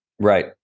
Right